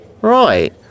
right